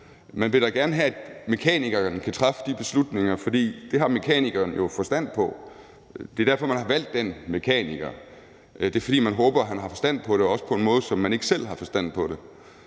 Man vil da gerne have, at mekanikeren kan træffe de beslutninger, fordi det har mekanikeren jo forstand på. Det er derfor, man har valgt den mekaniker. Det er, fordi man håber, at han har forstand på det, også på en måde, som man ikke selv har forstand på det